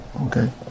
okay